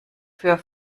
für